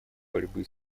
борьбы